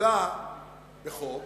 מוצע בחוק